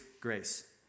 grace